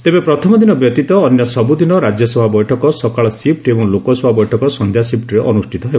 ତେବେ ପ୍ରଥମଦିନ ବ୍ୟତୀତ ଅନ୍ୟ ସବୁଦିନ ରାଜ୍ୟସଭା ବୈଠକ ସକାଳ ସିଫୁ ଏବଂ ଲୋକସଭା ବୈଠକ ସନ୍ଧ୍ୟା ସିଫ୍ଲରେ ଅନୁଷ୍ଠିତ ହେବ